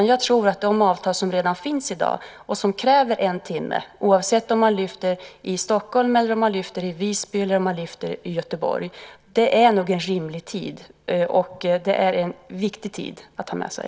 Jag tror att de avtal som redan finns i dag och som kräver en timme, oavsett om man lyfter i Stockholm, Visby eller Göteborg, nog slår fast en rimlig tid, och det är en viktig tid att ha med sig.